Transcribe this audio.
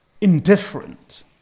indifferent